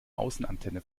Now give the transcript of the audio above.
außenantenne